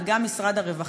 וגם של משרד הרווחה,